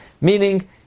Meaning